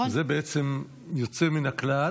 זה בעצם יוצא מן הכלל,